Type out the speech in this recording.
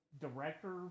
director